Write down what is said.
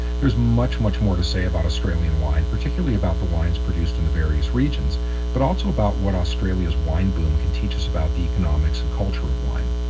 there's much, much more to say about australian wine, particularly about the wines produced in the various regions but also about what australia's wine boom can teach us about the economics and culture of wine,